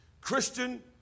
Christian